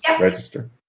register